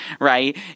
right